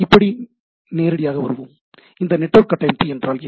இப்போது நேரடியாக வருவோம் இந்த நெட்வொர்க் கட்டமைப்பு என்றல் என்ன